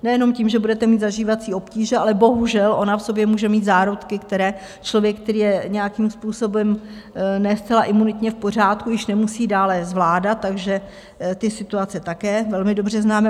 Nejenom tím, že budete mít zažívací obtíže, ale bohužel ona v sobě může mít zárodky, které člověk, který je nějakým způsobem ne zcela imunitně v pořádku, již nemusí dále zvládat, takže ty situace také velmi dobře známe.